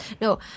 No